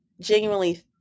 genuinely